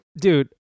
dude